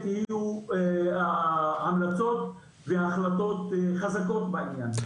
יהיו המלצות והחלטות חזקות בעניין.